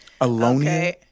Alonia